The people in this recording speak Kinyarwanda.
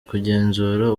kugenzura